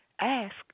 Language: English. Ask